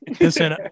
Listen